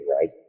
right